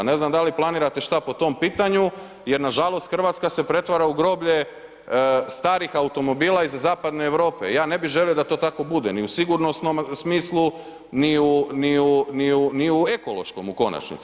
Ne znam da li planirate šta po tom pitanju jer nažalost Hrvatska se pretvara u groblje starih automobila iz Zapadne Europe, ja ne bi želio da to tako bude ni u sigurnosnom smislu, ni u ekološkom u konačnici.